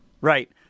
Right